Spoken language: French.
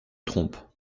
trompent